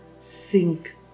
sink